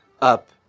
up